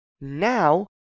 now